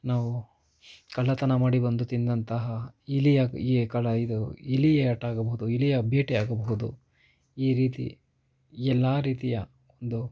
ನಾವು ಕಳ್ಳತನ ಮಾಡಿ ಬಂದು ತಿಂದಂತಹ ಇಲಿ ಈ ಕಳ್ಳ ಇದು ಇಲಿ ಆಟ ಆಗಬಹುದು ಇಲಿಯ ಬೇಟೆ ಆಗಬಹುದು ಈ ರೀತಿ ಎಲ್ಲ ರೀತಿಯ ಒಂದು